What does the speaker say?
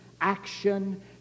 action